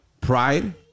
Pride